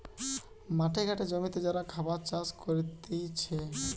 মাঠে ঘাটে জমিতে যারা খাবার চাষ করতিছে